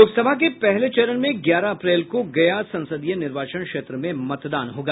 लोक सभा के पहले चरण में ग्यारह अप्रैल को गया संसदीय निर्वाचन क्षेत्र में मतदान होगा